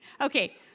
Okay